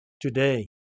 Today